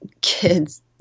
kids